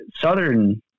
southern